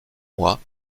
mois